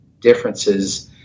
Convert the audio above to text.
differences